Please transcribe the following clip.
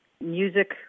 music